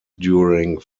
during